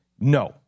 no